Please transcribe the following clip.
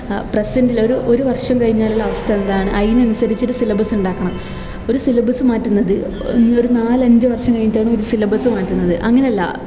പ്രെസൻ്റിൽ ഒരു ഒരു വർഷം കഴിഞ്ഞാലുള്ളവസ്ഥ എന്താണ് അതിനനുസരിച്ച് ഒരു സിലബസ് ഉണ്ടാക്കണം ഒരു സിലബസ് മാറ്റുന്നത് ഈ ഒര് നാലഞ്ച് വർഷം കഴിഞ്ഞിട്ടാണ് ഒര് സിലബസ് മാറ്റുന്നത് അങ്ങനെയല്ല